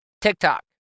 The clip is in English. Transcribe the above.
TikTok